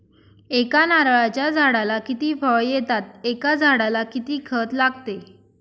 एका नारळाच्या झाडाला किती फळ येतात? एका झाडाला किती खत लागते?